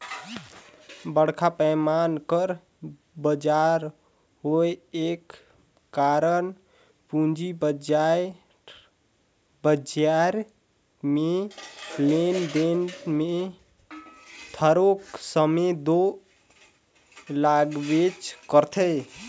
बड़खा पैमान कर बजार होए कर कारन पूंजी बजार में लेन देन में थारोक समे दो लागबेच करथे